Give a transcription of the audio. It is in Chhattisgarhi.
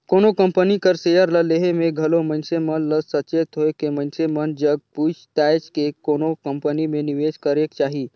कोनो कंपनी कर सेयर ल लेहे में घलो मइनसे मन ल सचेत होएके मइनसे मन जग पूइछ ताएछ के कोनो कंपनी में निवेस करेक चाही